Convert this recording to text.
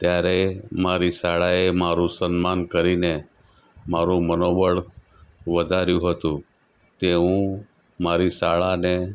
ત્યારે મારી શાળાએ મારું સન્માન કરીને મારું મનોબળ વધાર્યું હતું તે હું મારી શાળાને